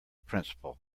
principal